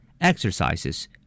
Exercises